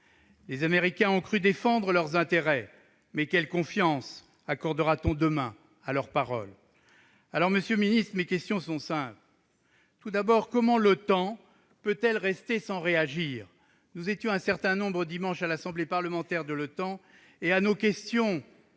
Les Américains ont cru défendre leurs intérêts, mais quelle confiance accordera-t-on demain à leur parole ? Monsieur le Premier ministre, mes questions sont simples : comment l'OTAN peut-elle rester sans réagir ? Nous étions un certain nombre dimanche dernier à l'Assemblée parlementaire de l'OTAN. À nos questions,